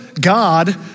God